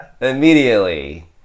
immediately